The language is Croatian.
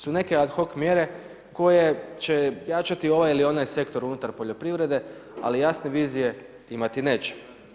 Su neke ad hoc mjere koje će jačati ovaj ili onaj sektor unutar poljoprivrede, ali jasne vizije, imati neće.